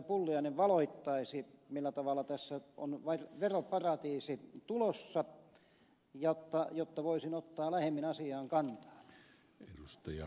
pulliainen valottaisi millä tavalla tässä on veroparatiisi tulossa jotta voisin ottaa lähemmin asiaan kantaa